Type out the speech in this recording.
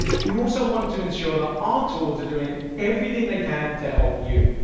we also want to ensure that our tools are doing everything they can to help you.